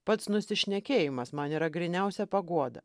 pats nusišnekėjimas man yra gryniausia paguoda